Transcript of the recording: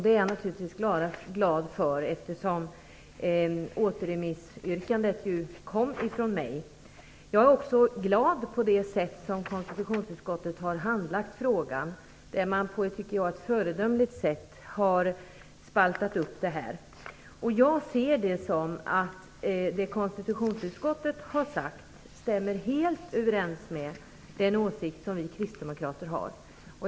Det är jag naturligtvis glad för, eftersom återremissyrkandet kom ifrån mig. Jag är också glad över det sätt på vilket konstitutionsutskottet har handlagt frågan. Det har på ett föredömligt sätt spaltat upp frågan. Det som konstitutionsutskottet har sagt stämmer enligt min mening helt överens med den åsikt som vi kristdemokrater har.